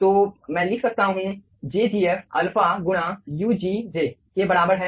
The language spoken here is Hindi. तो मैं लिख सकता हूं jgf अल्फा गुणा ugj के बराबर है